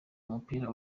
umupira